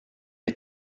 est